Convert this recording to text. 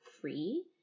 free